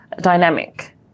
dynamic